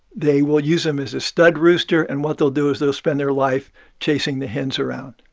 they will use them as a stud rooster. and what they'll do is they'll spend their life chasing the hens around.